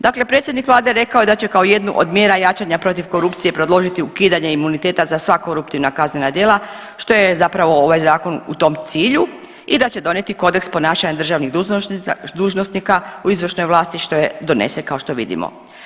Dakle, predsjednik vlade rekao je da će kao jednu od mjera jačanja protiv korupcije predložiti ukidanje imuniteta za sva koruptivna kaznena djela što je zapravo ovaj zakon u tom cilju i da će donijeti kodeks ponašanja državnih dužnosnika u izvršnoj vlasti što je donesen kao što vidimo.